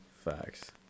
Facts